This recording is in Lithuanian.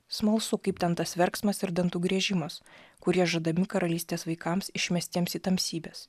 smalsu kaip ten tas verksmas ir dantų griežimas kurie žadami karalystės vaikams išmestiems į tamsybes